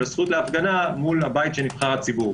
הזכות להפגנה מול הבית של נבחר הציבור.